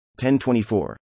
1024